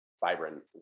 vibrant